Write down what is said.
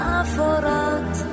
aforat